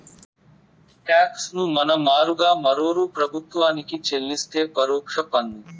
talks ను మన మారుగా మరోరూ ప్రభుత్వానికి చెల్లిస్తే పరోక్ష పన్ను